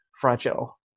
fragile